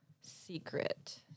secret